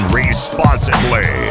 responsibly